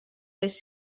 les